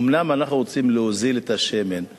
אומנם אנחנו רוצים להוזיל לצרכן